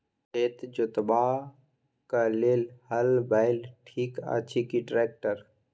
खेत जोतबाक लेल हल बैल ठीक अछि की ट्रैक्टर?